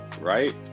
right